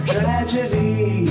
Tragedy